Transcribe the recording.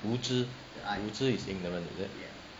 无知无知 is ignorant is it